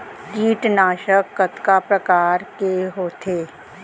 कीटनाशक कतका प्रकार के होथे?